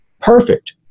perfect